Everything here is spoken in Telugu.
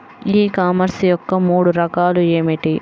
ఈ కామర్స్ యొక్క మూడు రకాలు ఏమిటి?